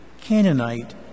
Canaanite